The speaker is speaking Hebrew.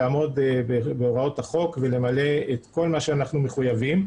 לעמוד בהוראות החוק ולמלא את כל מה שאנחנו מחויבים.